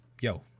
yo